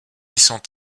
sont